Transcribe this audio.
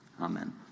Amen